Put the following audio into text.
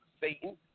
Satan